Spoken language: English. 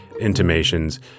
intimations